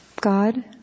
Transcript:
God